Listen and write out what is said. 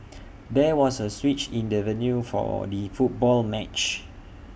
there was A switch in the venue for the football match